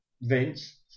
Vince